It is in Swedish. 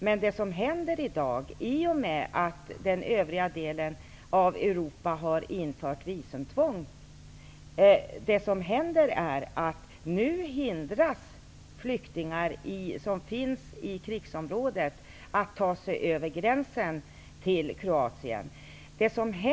Men det som händer i dag, i och med att den övriga delen av Europa har infört visumtvång, är att flyktingar som finns i krigsområdet hindras att ta sig över gränsen till Kroatien.